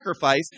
sacrifice